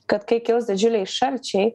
kad kai kils didžiuliai šalčiai